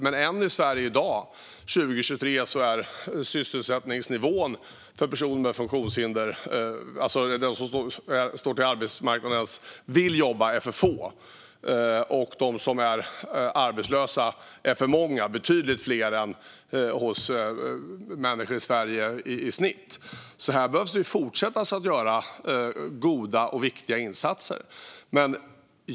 Men än i dag, 2023, är sysselsättningsnivån i Sverige för personer med funktionshinder och som vill jobba för låg, och de som är arbetslösa är för många och betydligt fler än genomsnittet i befolkningen. Här behöver man därför fortsätta att göra goda och viktiga insatser.